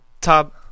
top